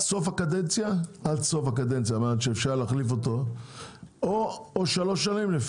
סוף הקדנציה או שלוש שנים,